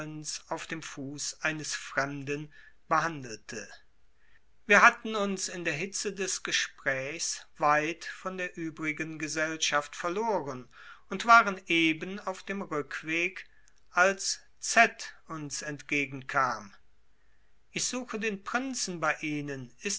auf dem fuß eines fremden behandelte wir hatten uns in der hitze des gesprächs weit von der übrigen gesellschaft verloren und waren eben auf dem rückweg als z uns entgegen kam ich suche den prinzen bei ihnen